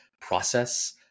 process